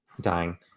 dying